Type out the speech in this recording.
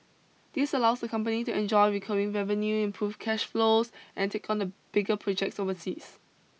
this allows the company to enjoy recurring revenue improve cash flow and take on bigger projects overseas